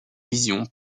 vision